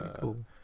cool